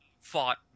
fought